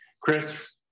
Chris